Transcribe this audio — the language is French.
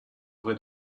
vrai